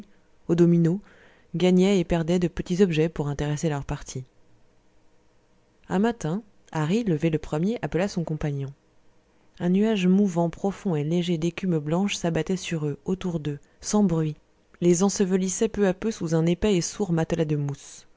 aux dominos gagnaient et perdaient de petits objets pour intéresser leur partie un matin hari levé le premier appela son compagnon un nuage mouvant profond et léger d'écume blanche s'abattait sur eux autour d'eux sans bruit les ensevelissait peu à peu sous un épais et sourd matelas de mousse